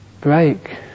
break